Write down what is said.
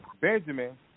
Benjamin